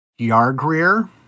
Yargreer